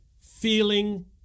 feeling